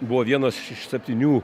buvo vienas iš septynių